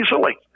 easily